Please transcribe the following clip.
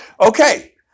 Okay